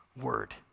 word